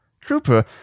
Trooper